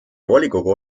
volikogu